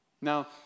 Now